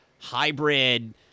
hybrid